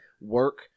work